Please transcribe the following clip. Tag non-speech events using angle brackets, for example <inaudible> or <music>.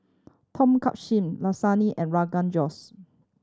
Tom Kha <unintelligible> Lasagne and Rogan Josh